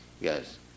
Yes